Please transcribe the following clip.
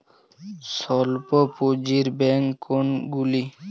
স্বল্প পুজিঁর ব্যাঙ্ক কোনগুলি?